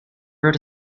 wrote